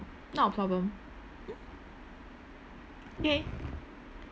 not a problem okay